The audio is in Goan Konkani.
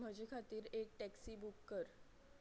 म्हजे खातीर एक टॅक्सी बूक कर